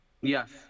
Yes